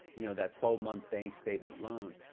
you know, that twelve month bank statement loan.